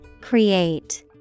Create